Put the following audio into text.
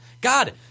God